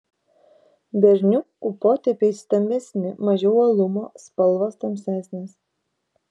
berniukų potėpiai stambesni mažiau uolumo spalvos tamsesnės